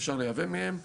שאפשר לייבא מהן.